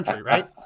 right